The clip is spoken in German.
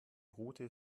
route